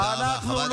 לפני תשעה חודשים.